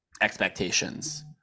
expectations